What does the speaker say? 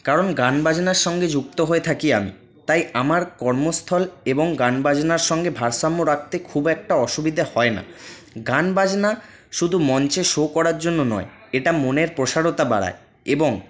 কারণ গান বাজনার সঙ্গে যুক্ত হয়ে থাকি আমি তাই আমার কর্মস্থল এবং গান বাজনার সঙ্গে ভারসাম্য রাখতে খুব একটা অসুবিধা হয় না গান বাজনা শুধু মঞ্চে শো করার জন্য নয় এটা মনের প্রসারতা বাড়ায় এবং